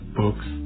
books